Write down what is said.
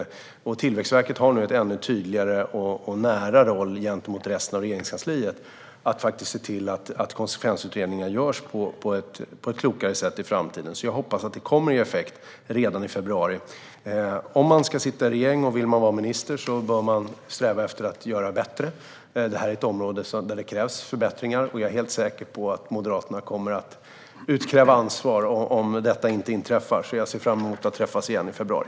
Tillväxtverket har nu en ännu tydligare och nära roll gentemot resten av Regeringskansliet att faktiskt se till att konsekvensutredningar görs på ett klokare sätt i framtiden. Jag hoppas att detta kommer att ge effekt redan i februari. Om man ska sitta i regeringen och vara minister bör man sträva efter att göra saker bättre. Detta är ett område där det krävs förbättringar. Jag är helt säker på att Moderaterna kommer att utkräva ansvar om detta inte inträffar. Jag ser fram emot att träffas igen i februari.